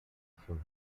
film